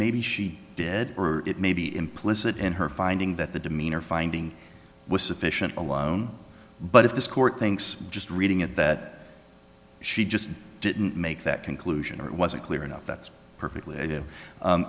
maybe she dead or it may be implicit in her finding that the demeanor finding was sufficient alone but if this court thinks just reading it that she just didn't make that conclusion it wasn't clear enough that's perfectly i